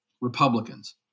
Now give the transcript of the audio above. Republicans